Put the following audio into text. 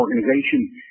organization